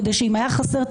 כדי שאם הייתה חסרה,